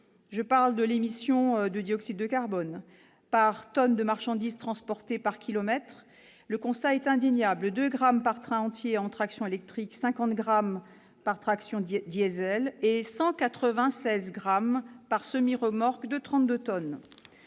je parle de l'émission de dioxyde de carbone -par tonne de marchandises transportée sur un kilomètre, le constat est indéniable : 2 grammes pour un train entier à traction électrique, 50 grammes pour un train à traction diesel et 196 grammes par semi-remorque de 32 tonnes.